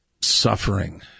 suffering